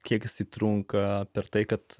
kiek jis trunka per tai kad